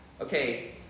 okay